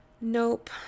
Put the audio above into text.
nope